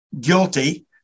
guilty